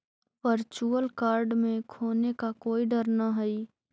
virtual card के खोने का कोई डर न हई